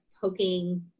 poking